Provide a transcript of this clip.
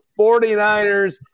49ers